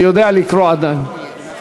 אני יודע לקרוא עדיין.